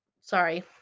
sorry